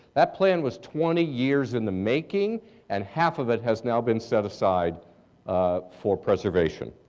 that plan was twenty years in the making and half of it has now been set aside for preservation.